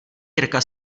jirka